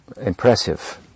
impressive